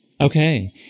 Okay